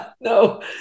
No